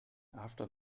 after